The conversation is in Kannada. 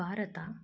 ಭಾರತ